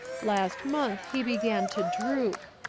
last month he began to droop.